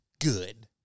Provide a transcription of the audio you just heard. Good